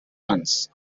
runs